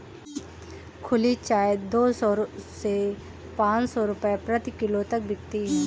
खुली चाय दो सौ से पांच सौ रूपये प्रति किलो तक बिकती है